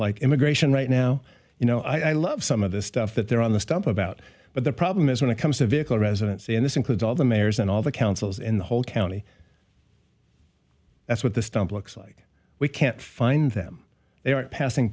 like immigration right now you know i love some of the stuff that they're on the stump about but the problem is when it comes to vehicle residents and this includes all the mayors and all the councils in the whole county that's what the stump looks like we can't find them they are passing